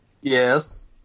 Yes